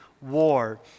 war